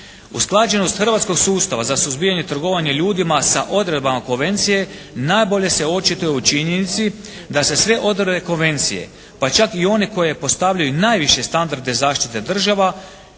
Usklađenost hrvatskog sustava za suzbijanje trgovanja ljudima sa odredbama konvencije najbolje se očituje u činjenici da se sve odredbe konvencije pa čak i one koje postavljaju najviše standarde zaštite država